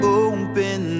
open